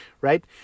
right